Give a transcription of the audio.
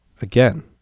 Again